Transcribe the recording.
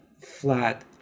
flat